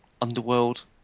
underworld